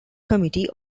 committee